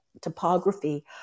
topography